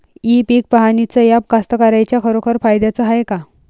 इ पीक पहानीचं ॲप कास्तकाराइच्या खरोखर फायद्याचं हाये का?